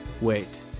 wait